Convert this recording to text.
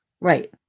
Right